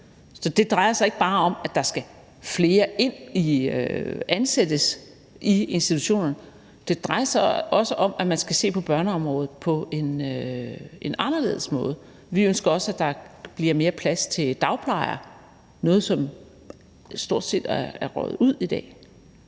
Så det drejer sig ikke bare om, at der skal flere ind og ansættes i institutionen; det drejer sig også om, at man skal se på børneområdet på en anderledes måde. Vi ønsker også, at der bliver mere plads til dagplejere; noget, som stort set er røget ud i dag.